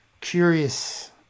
curious